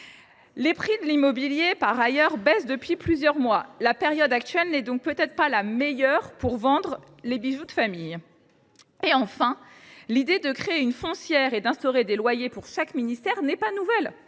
les prix de l’immobilier baissent depuis plusieurs mois : la période actuelle n’est donc peut être pas la meilleure pour vendre les bijoux de famille. Enfin, l’idée de créer une foncière et d’instaurer des loyers pour chaque ministère n’est pas nouvelle